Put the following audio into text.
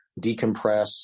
decompress